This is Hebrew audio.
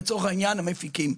לצורך העניין המפיקים.